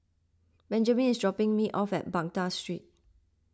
Benjman is dropping me off at Baghdad Street